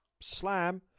slam